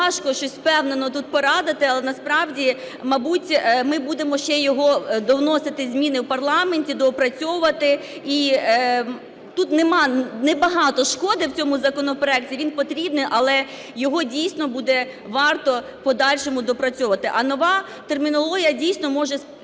важко щось впевнено тут порадити, але насправді мабуть ми будемо ще й його довносити зміни в парламенті, доопрацьовувати. І тут нема, небагато шкоди в цьому законопроекті, він потрібний, але його дійсно буде варто в подальшому доопрацьовувати. А нова термінологія дійсно може